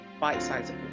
bite-sized